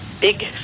big